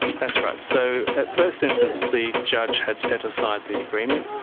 that's right. so at first instance the judge had set aside the agreement.